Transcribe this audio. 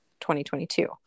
2022